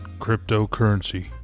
cryptocurrency